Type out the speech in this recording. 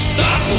Stop